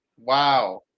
wow